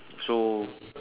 so